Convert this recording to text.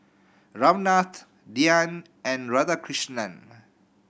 Ramnath Dhyan and Radhakrishnan